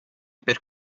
per